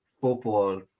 football